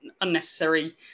unnecessary